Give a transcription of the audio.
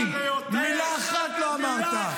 לא מלח הארץ --- לפחות תדבר דברי אמת.